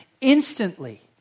instantly